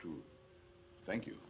to thank you